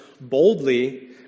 boldly